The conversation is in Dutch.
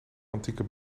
antieke